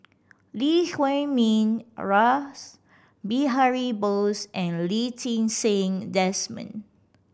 Lee Huei Min Rash Behari Bose and Lee Ti Seng Desmond